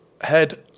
Head